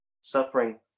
Suffering